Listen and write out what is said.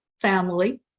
family